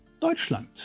Deutschland